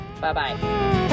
bye-bye